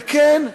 וכן,